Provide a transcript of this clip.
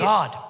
God